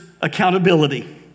accountability